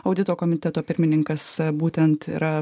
audito komiteto pirmininkas būtent yra